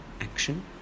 action